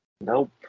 nope